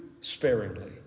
sparingly